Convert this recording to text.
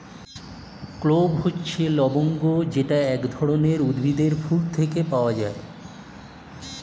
clove হচ্ছে লবঙ্গ যেটা এক ধরনের উদ্ভিদের ফুল থেকে পাওয়া